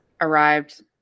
arrived